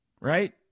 right